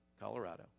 Colorado